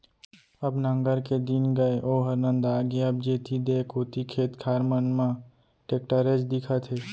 अब नांगर के दिन गय ओहर नंदा गे अब जेती देख ओती खेत खार मन म टेक्टरेच दिखत हे